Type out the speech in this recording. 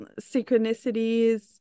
synchronicities